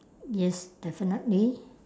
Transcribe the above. yes definitely